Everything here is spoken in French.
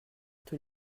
tous